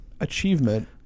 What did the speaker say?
achievement